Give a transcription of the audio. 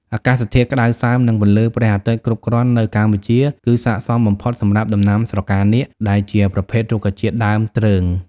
អាកាសធាតុក្តៅសើម និងពន្លឺព្រះអាទិត្យគ្រប់គ្រាន់នៅកម្ពុជាគឺស័ក្តិសមបំផុតសម្រាប់ដំណាំស្រកានាគដែលជាប្រភេទរុក្ខជាតិដើមទ្រើង។